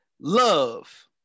love